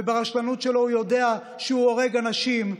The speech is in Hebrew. וברשלנות שלו הוא יודע שהוא הורג אנשים,